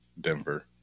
Denver